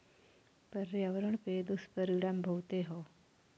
पर्यावरण पे दुष्परिणाम बहुते हौ